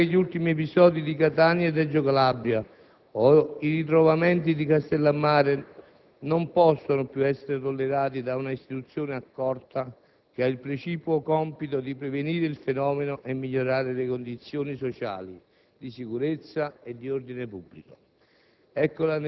È chiaro che gli ultimi episodi di Catania e Reggio Calabria, o i ritrovamenti di Castellammare non possono più essere tollerati da un'istituzione accorta che ha il precipuo compito di prevenire il fenomeno e migliorare le condizioni sociali, di sicurezza e di ordine pubblico.